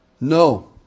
No